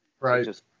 Right